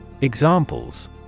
Examples